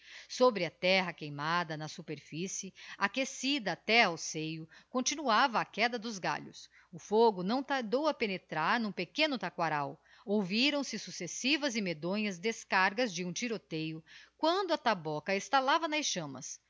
sobre a terra queimada na superfície aquecida até ao seio continuava a queda dos galhos o fogo não tardou a penetrar n'um pequeno taquaral ouviram-se successivas e medonhas descargas de um tiroteio quando a taboca estalava nas chammas